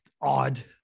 odd